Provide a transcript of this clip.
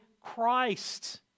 Christ